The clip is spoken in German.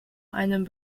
einen